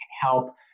help